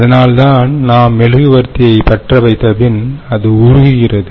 அதனால்தான் நாம் மெழுகுவர்த்தியை பற்ற வைத்த பின் அது உருகுகிறது